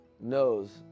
knows